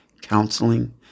counseling